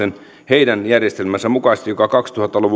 heidän järjestelmänsä mukaisesti joka kaksituhatta luvun alussa luotiin